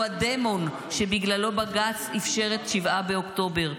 הדמון שבגללו בג"ץ אפשר את 7 באוקטובר,